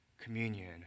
communion